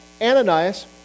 Ananias